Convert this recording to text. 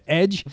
edge